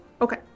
Okay